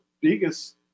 biggest